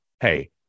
Hey